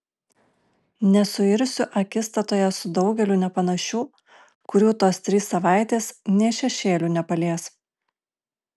nesuirsiu akistatoje su daugeliu nepanašių kurių tos trys savaitės nė šešėliu nepalies